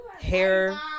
hair